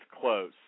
close